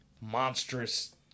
monstrous